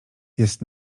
jest